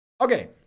Okay